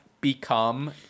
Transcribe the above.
become